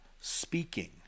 speaking